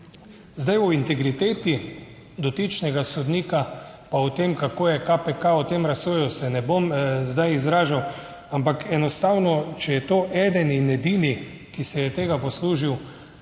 Zdaj, o integriteti dotičnega sodnika pa o tem, kako je KPK o tem razsojal, se ne bom zdaj izražal. Ampak enostavno, če je to eden in edini, ki se je tega poslužil